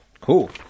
Cool